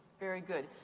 very good.